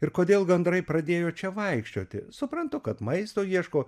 ir kodėl gandrai pradėjo čia vaikščioti suprantu kad maisto ieško